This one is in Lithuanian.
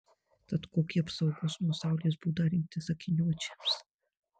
tad kokį apsaugos nuo saulės būdą rinktis akiniuočiams